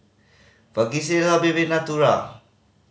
Vagisil Sebamed Natura